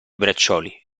braccioli